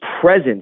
presence